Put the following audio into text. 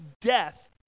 death